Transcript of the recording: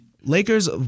Lakers